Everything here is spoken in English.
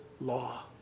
law